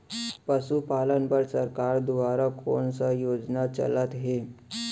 पशुपालन बर सरकार दुवारा कोन स योजना चलत हे?